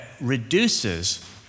reduces